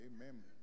amen